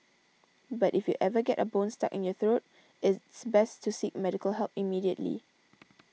but if you ever get a bone stuck in your throat it's best to seek medical help immediately